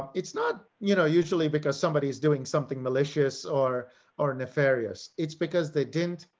it's not, you know, usually because somebody is doing something malicious or or nefarious it's because they didn't